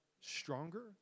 stronger